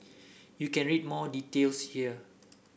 you can read more details here